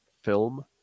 film